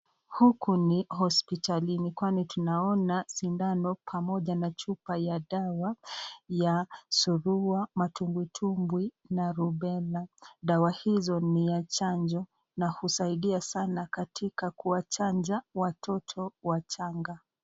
Huku ni hospitalini kwani tunaona sindano pamoja na chupa ya dawa ya surua, matumbwi tubwi na rubella. Dawa hizo niza chanjo na husaidia sana katika kuwa chanja watoto wachanga.